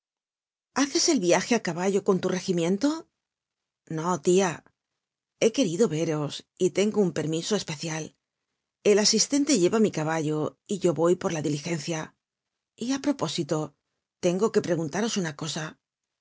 haces el viaje á caballo con tu regimiento no tia he querido veros y tengo un permiso especial el asistente lleva mi caballo y yo voy por la diligencia y á propósito tengo que preguntaros una cosa